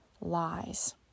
lies